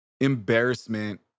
embarrassment